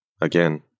again